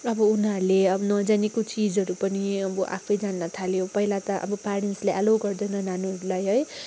अब उनीहरूले अब नजानेको चिजहरू पनि अब आफै जान्न थाल्यो पहिला त अब प्यारेन्ट्सले एलाउ गर्दैन नानीहरूलाई है